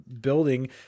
building